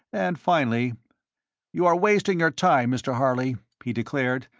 and finally you are wasting your time, mr. harley, he declared,